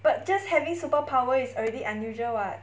but just having superpower is already unusual [what]